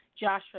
Joshua